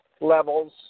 levels